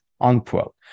unquote